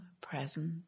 present